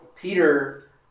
Peter